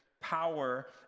power